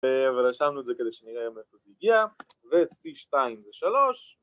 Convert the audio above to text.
ורשמנו את זה כדי שנראה גם מאיפה זה הגיע ו c2 זה 3